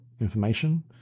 information